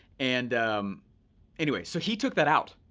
and anyway, so he took that out.